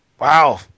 Wow